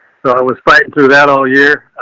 so i was fighting through that all year.